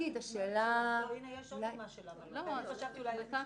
זה בסדר איך שזה נמצא פה למרות שזה מטיל